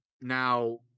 Now